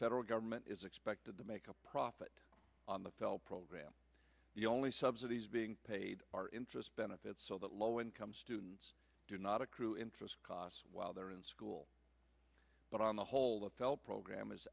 federal government is expected to make a profit on the felt program the only subsidies being paid are interest benefits so that low income students do not accrue interest costs while they're in school but on the whole the pell program is